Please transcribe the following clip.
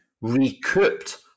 recouped